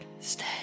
Stay